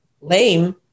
lame